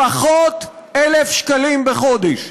לפחות 1,000 שקלים בחודש,